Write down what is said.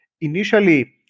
initially